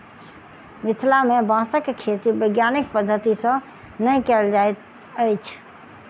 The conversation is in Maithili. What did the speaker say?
मिथिला मे बाँसक खेती वैज्ञानिक पद्धति सॅ नै कयल जाइत अछि